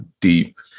deep